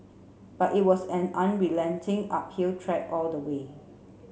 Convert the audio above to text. but it was an unrelenting uphill trek all the way